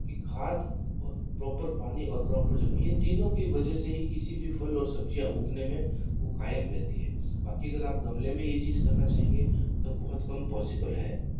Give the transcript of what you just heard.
कि खाद और प्रॉपर पानी और प्रॉपर ज़मीन इन तीनों की वजह से ही किसी भी फल और सब्जियाँ उगाने में वह कायम रहती है बाकी अगर आप गमले में यह चीज़ करना चाहेंगे तो बहुत कम पॉसिबल है